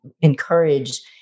encourage